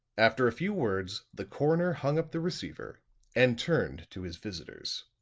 after a few words, the coroner hung up the receiver and turned to his visitors.